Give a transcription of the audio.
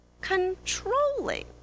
controlling